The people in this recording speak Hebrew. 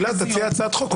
תציע הצעת חוק.